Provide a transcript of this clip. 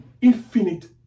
infinite